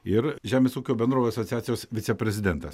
ir žemės ūkio bendrovių asociacijos viceprezidentas